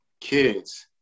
kids